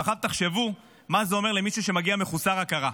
עכשיו תחשבו מה זה אומר למישהו שמגיע מחוסר הכרה,